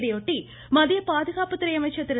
இதையொட்டி மத்திய பாதுகாப்புத்துறை அமைச்சர் திரு